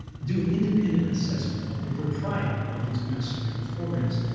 do an independent assessment of the propriety of these mass surveillance programs,